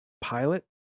Pilot